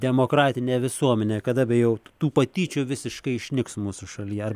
demokratine visuomene kada be jau tų patyčių visiškai išnyks mūsų šalyje ar